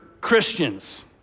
Christians